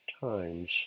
times